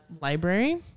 library